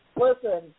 listen